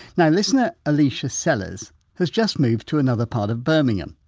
now listener aletea sellers has just moved to another part of birmingham,